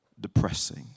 depressing